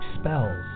spells